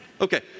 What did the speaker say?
Okay